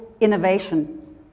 innovation